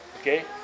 okay